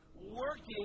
working